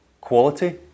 quality